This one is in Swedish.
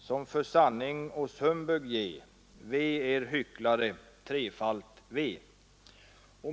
som för sanning oss humbug ge ve er hycklare, trefalt ve.